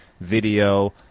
video